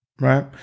right